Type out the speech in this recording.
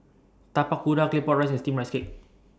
Tapak Kuda Claypot Rice and Steamed Rice Cake